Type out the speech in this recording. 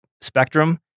spectrum